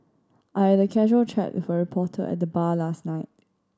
I had a casual chat with a reporter at the bar last night